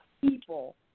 people